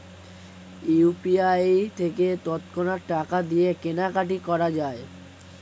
UPI থেকে তৎক্ষণাৎ টাকা দিয়ে কেনাকাটি করা যায়